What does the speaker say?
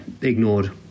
ignored